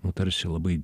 nu tarsi labai